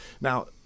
Now